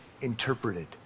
interpreted